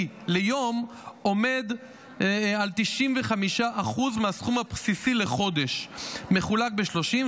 ליום עומד על 95% מהסכום הבסיסי לחודש מחולק ב-30,